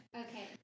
Okay